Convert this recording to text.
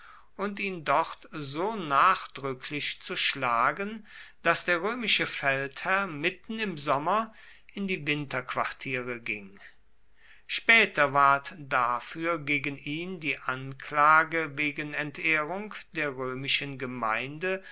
und ihn dort so nachdrücklich zu schlagen daß der römische feldherr mitten im sommer in die winterquartiere ging später ward dafür gegen ihn die anklage wegen entehrung der römischen gemeinde